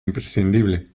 imprescindible